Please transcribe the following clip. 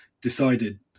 decided